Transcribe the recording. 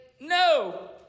no